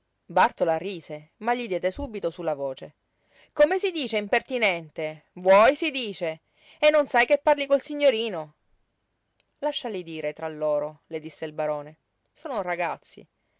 bàrtola rise ma gli diede subito su la voce come si dice impertinente vuoi si dice e non sai che parli col signorino lasciali dire tra loro le disse il barone sono ragazzi